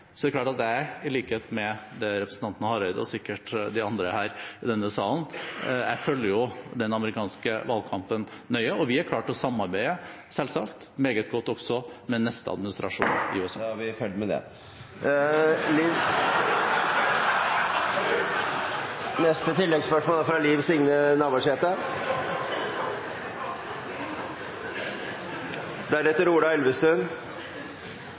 Så er det klart at jeg – i likhet med representanten Hareide og sikkert de andre her i denne salen – følger den amerikanske valgkampen nøye, og vi er selvsagt klare til å samarbeide, meget godt også, med den neste administrasjonen i USA. Da er vi ferdig med det! Liv